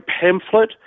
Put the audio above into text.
pamphlet